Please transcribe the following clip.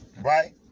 right